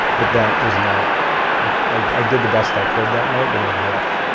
but that was not i did the best i could that night, but it was rough.